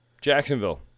Jacksonville